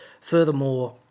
furthermore